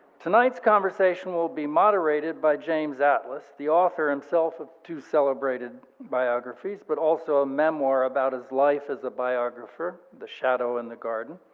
tonight's conversation will be moderated by james atlas, the author himself of two celebrated biographies, but also a memoir about his life as a biographer, the shadow in the garden.